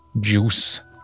juice